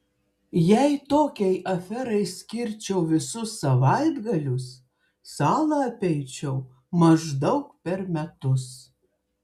jei tokiai aferai skirčiau visus savaitgalius salą apeičiau maždaug per metus